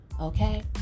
okay